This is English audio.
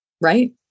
Right